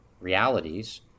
realities